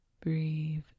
Breathe